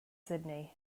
sydney